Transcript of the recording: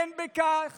אין בכך